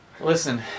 listen